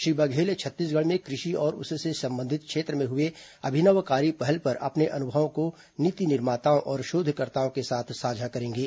श्री बघेल छत्तीसगढ़ में कृषि और उससे संबन्धित क्षेत्र में हुए अभिनवकारी पहल पर अपने अनुभवों को नीति निर्माताओं और शोधकर्ताओं के साथ साझा करेंगे